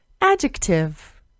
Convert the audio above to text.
adjective